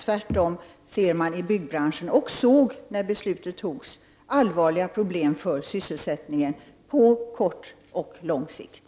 Tvärtom ser man i byggbranschen — och såg när beslutet fattades — allvarliga problem för sysselsättningen på kort och lång sikt.